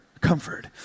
comfort